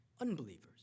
unbelievers